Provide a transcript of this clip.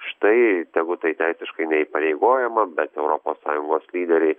štai tegu tai teisiškai neįpareigojama bet europos sąjungos lyderiai